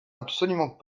absolument